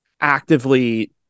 actively